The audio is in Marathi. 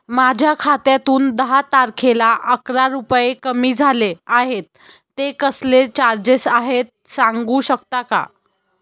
माझ्या खात्यातून दहा तारखेला अकरा रुपये कमी झाले आहेत ते कसले चार्जेस आहेत सांगू शकता का?